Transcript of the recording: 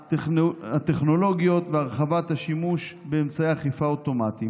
הטכנולוגיות והרחבת השימוש באמצעי אכיפה אוטומטיים.